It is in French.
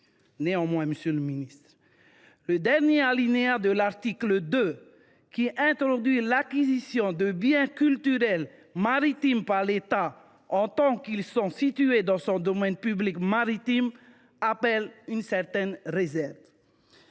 Néanmoins, monsieur le ministre, le dernier alinéa de l’article 2, qui introduit l’acquisition de biens culturels maritimes par l’État, en tant qu’ils sont situés dans son domaine public maritime, appelle une certaine réserve.